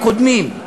הקודמים,